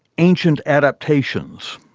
ancient adaptations,